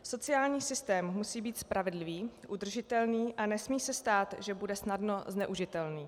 Sociální systém musí být spravedlivý, udržitelný a nesmí se stát, že bude snadno zneužitelný.